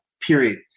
period